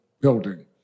building